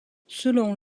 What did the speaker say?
selon